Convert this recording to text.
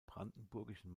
brandenburgischen